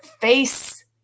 face